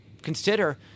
Consider